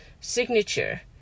signature